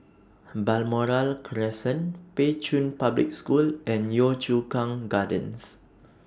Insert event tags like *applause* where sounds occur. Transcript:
*hesitation* Balmoral Crescent Pei Chun Public School and Yio Chu Kang Gardens